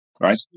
right